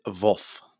Wolf